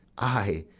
ay,